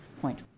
point